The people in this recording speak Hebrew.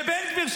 ----- ובן גביר,